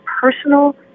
personal